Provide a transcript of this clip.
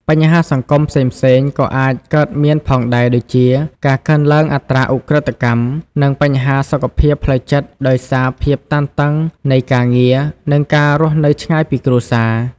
បញ្ហាសង្គមផ្សេងៗក៏អាចកើតមានផងដែរដូចជា ការកើនឡើងអត្រាឧក្រិដ្ឋកម្ម និងបញ្ហាសុខភាពផ្លូវចិត្តដោយសារភាពតានតឹងនៃការងារ និងការរស់នៅឆ្ងាយពីគ្រួសារ។